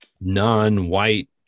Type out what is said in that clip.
non-white